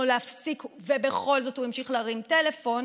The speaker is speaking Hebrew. להפסיק ובכל זאת הוא המשיך להרים טלפון,